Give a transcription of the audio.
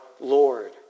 Lord